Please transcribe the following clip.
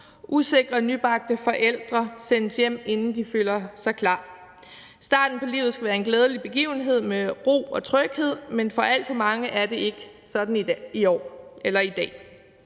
usikre nybagte forældre sendes hjem, inden de føler sig klar. Starten på livet skal være en glædelig begivenhed med ro og tryghed, men for alt for mange er det ikke sådan i dag.